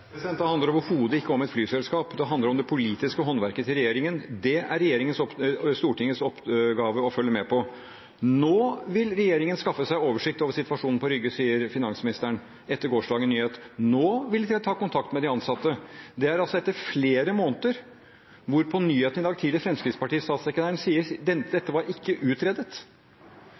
handler overhodet ikke om et flyselskap. Det handler om det politiske håndverket til regjeringen. Det er det Stortingets oppgave å følge med på. Nå vil regjeringen skaffe seg oversikt over situasjonen på Rygge, sier finansministeren, etter gårsdagens nyhet. Nå vil de ta kontakt med de ansatte. Det er etter flere måneder, og statssekretæren fra Fremskrittspartiet sa på nyhetene i dag